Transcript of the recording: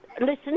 listen